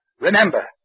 Remember